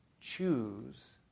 choose